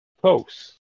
close